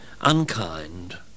unkind